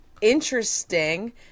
interesting